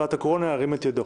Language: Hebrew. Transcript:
ירים את ידו.